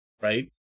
Right